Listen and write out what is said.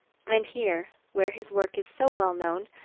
and here, where his work is so well known,